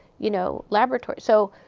you know, laboratories. so,